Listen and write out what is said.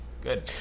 good